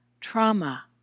trauma